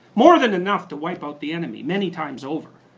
more than enough to wipe out the enemy many times over.